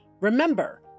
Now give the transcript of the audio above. Remember